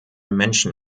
menschen